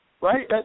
right